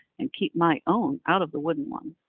and keep my own out of the wooden one